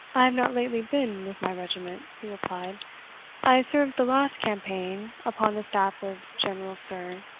i have not lately been with my regiment, he replied i served the last campaign upon the staff of general sir.